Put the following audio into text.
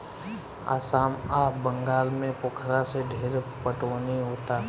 आसाम आ बंगाल में पोखरा से ढेरे पटवनी होता